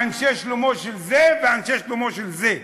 לאנשי שלומו של זה ואנשי שלומו של זה.